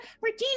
regina